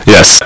Yes